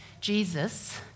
Jesus